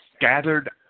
gathered